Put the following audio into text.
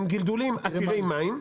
הם גידולים עתירי מים.